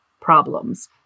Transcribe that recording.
problems